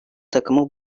takımı